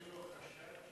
גם אם אין חשד שנעברה